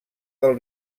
del